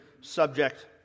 subject